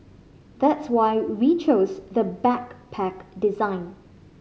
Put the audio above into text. that's why we chose the backpack design